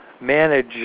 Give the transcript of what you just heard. manage